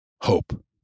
hope